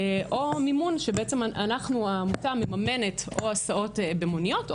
או מימון שאנחנו העמותה מממנת הסעות במוניות,